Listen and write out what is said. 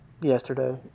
yesterday